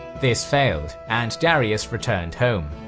this failed, and darius returned home,